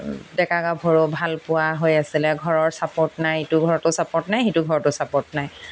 ডেকা গাভৰু ভাল পোৱা হৈ আছিলে ঘৰৰ ছাপৰ্ট নাই ইটো ঘৰতো ছাপৰ্ট নাই সিটো ঘৰতো ছাপৰ্ট নাই